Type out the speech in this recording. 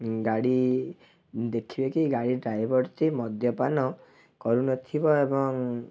ଗାଡ଼ି ଦେଖିବେ କି ଗାଡ଼ି ଡ୍ରାଇଭରଟି ମଦ୍ୟପାନ କରୁ ନଥିବ ଏବଂ